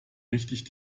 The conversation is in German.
richtig